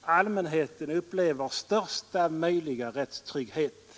allmänheten upplever största möjliga rättstrygghet.